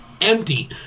empty